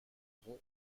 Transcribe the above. rond